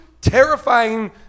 terrifying